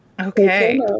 Okay